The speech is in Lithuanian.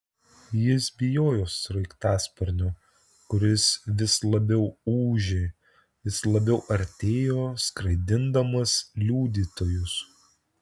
jis bijojo sraigtasparnio kuris vis labiau ūžė vis labiau artėjo skraidindamas liudytojus